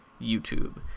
YouTube